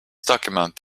document